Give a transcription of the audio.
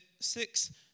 six